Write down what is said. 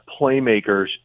playmakers